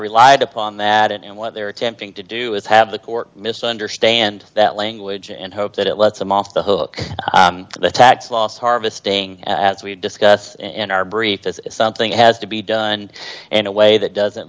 relied upon that and what they're attempting to do is have the court misunderstand that language and hope that it lets them off the hook for the tax loss harvesting as we've discussed in our brief as something has to be done in a way that doesn't